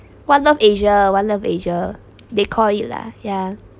one love asia one love asia they call it lah ya